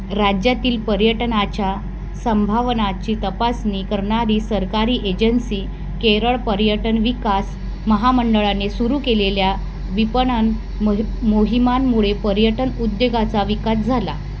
राज्यातील पर्यटनाच्या संभावनाची तपासणी करणारी सरकारी एजन्सी केरळ पर्यटन विकास महामंडळाने सुरू केलेल्या विपणन मोहि मोहिमांमुळे पर्यटन उद्योगाचा विकास झाला